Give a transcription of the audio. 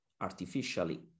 artificially